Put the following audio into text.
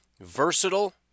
Versatile